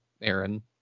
Aaron